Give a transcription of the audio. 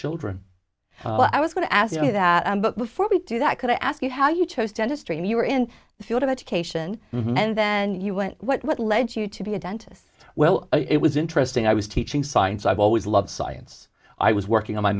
children i was going to ask you that and but before we do that could i ask you how you chose dentistry and you were in the field of education and then you went what led you to be a dentist well it was interesting i was teaching science i've always loved science i was working on my